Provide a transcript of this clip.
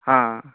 आं